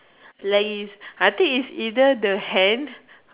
like is I think is either the hand